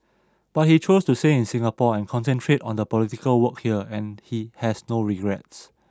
but he chose to stay in Singapore and concentrate on the political work here and he has had no regrets